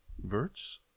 verts